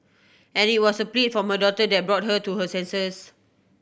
and it was a plea from her daughter that brought her to her senses